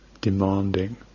demanding